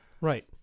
right